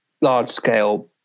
large-scale